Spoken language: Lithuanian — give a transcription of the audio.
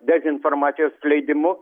dezinformacijos skleidimu